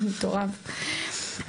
תעברי לשם,